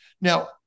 Now